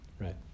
Right